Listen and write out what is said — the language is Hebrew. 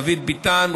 דוד ביטן,